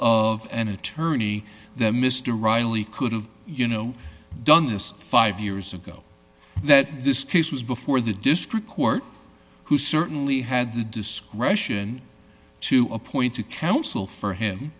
of an attorney that mr reilly could have you know done this five years ago that this case was before the district court who certainly had the discretion to appoint to counsel for him